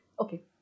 Okay